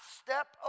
step